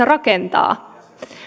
rakentaa